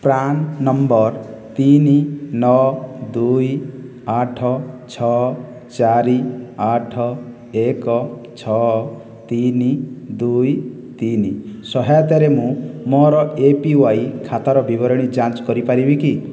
PRAN number ତିନି ନଅ ଦୁଇ ଆଠ ଛଅ ଚାରି ଆଠ ଏକ ଛଅ ତିନି ଦୁଇ ତିନି ସହାୟତାରେ ମୁଁ ମୋର ଏ ପି ୱାଇ ଖାତାର ବିବରଣୀ ଯାଞ୍ଚ କରିପାରିବି କି